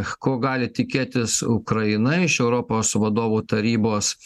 ko gali tikėtis ukraina iš europos vadovų tarybos